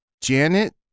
janet